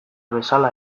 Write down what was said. bezala